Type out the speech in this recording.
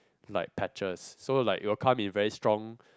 like patches so like it will come in very strong